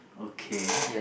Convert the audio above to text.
okay